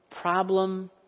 problem